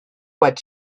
what